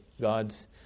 God's